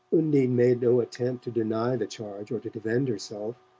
undine made no attempt to deny the charge or to defend herself.